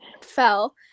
fell